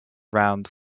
round